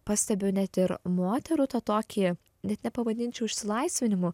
pastebiu net ir moterų tą tokį net nepavadinčiau išsilaisvinimu